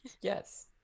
Yes